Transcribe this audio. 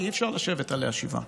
כי אי-אפשר לשבת עליה שבעה.